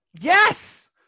Yes